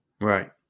right